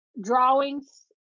drawings